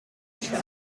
for